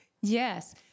yes